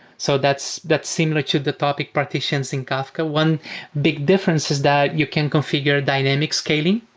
so that's that's similar to the topic partitions in kafka. one big difference is that you can configure dynamic scaling